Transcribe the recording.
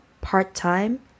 part-time